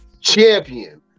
champion